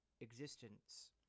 existence